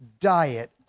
diet